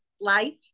life